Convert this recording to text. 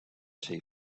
tea